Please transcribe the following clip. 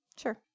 Sure